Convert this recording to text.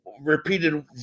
repeated